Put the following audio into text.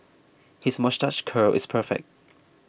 his moustache curl is perfect